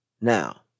Now